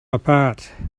apart